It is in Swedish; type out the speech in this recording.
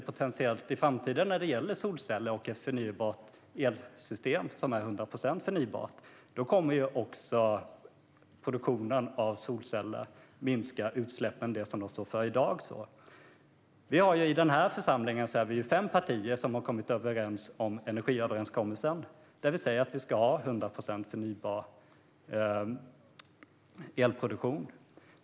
Potentiellt när det gäller solceller och ett elsystem som är 100 procent förnybart kommer produktionen av solceller i framtiden att minska utsläppen som den står för i dag. I den här församlingen är vi fem partier som står bakom energiöverenskommelsen, där vi säger att vi ska ha 100 procent förnybar elproduktion.